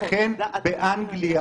לכן באנגליה